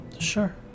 Sure